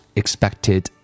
expected